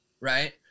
right